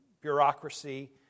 bureaucracy